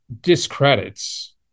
discredits